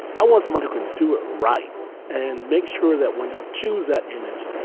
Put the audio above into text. i was the one who can do it right and make sure that when you choose that image,